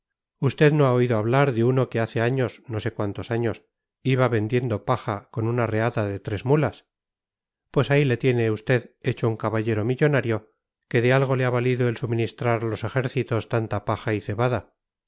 usted no ha oído hablar de uno que hace años no sé cuántos años iba vendiendo paja con una reata de tres mulas pues ahí le tiene usted hecho un caballero millonario que de algo le ha valido el suministrar a los ejércitos tanta paja y